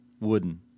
Wooden